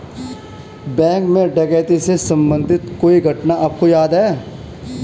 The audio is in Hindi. बैंक में डकैती से संबंधित कोई घटना आपको याद है?